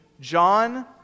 John